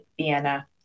Vienna